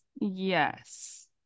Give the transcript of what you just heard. Yes